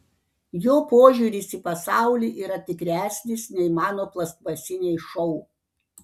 jo požiūris į pasaulį yra tikresnis nei mano plastmasiniai šou